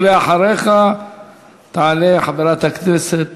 אחריך תעלה חברת הכנסת